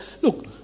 look